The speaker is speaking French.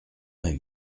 vingt